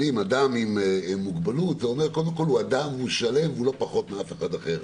אדם עם מוגבלות זה אומר שהוא קודם כל שלם לא פחות מכל אדם אחר,